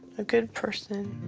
a good person.